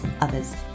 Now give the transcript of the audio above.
others